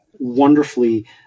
wonderfully